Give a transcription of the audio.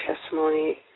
testimony